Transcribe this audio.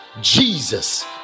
Jesus